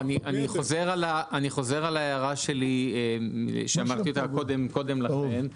אני חוזר על ההערה שלי שאמרתי קודם לכן,